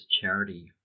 charity